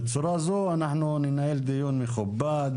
בצורה זו אנחנו ננהל דיון מכובד.